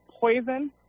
poison